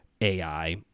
AI